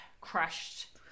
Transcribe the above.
crushed